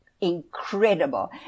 incredible